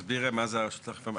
תסבירי מה זה הרשות לאכיפה במקרקעין.